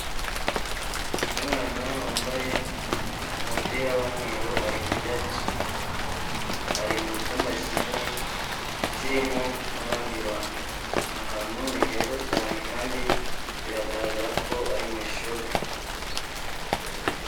Umwana wambaye umupira w'umweru ari kurya biswi, ari mu cyumba kinini kirimo n'abandi bantu, aha hantu ni heza cyane kandi biragaragara ko ari mu ishuri.